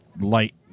light